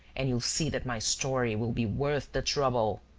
and you'll see that my story will be worth the trouble.